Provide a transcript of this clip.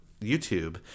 YouTube